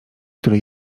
które